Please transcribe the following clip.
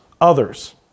others